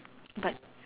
but